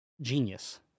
genius